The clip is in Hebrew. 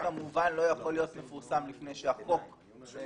הנוהל כמובן לא יכול להיות מפורסם לפני שהחוק חוקק.